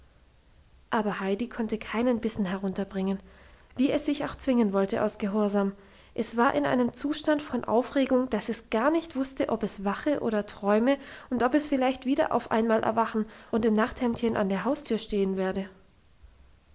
aber heidi konnte keinen bissen herunterbringen wie es sich auch zwingen wollte aus gehorsam es war in einem zustand von aufregung dass es gar nicht wusste ob es wache oder träume und ob es vielleicht wieder auf einmal erwachen und im nachthemdchen an der haustür stehen werde